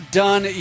done